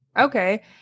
Okay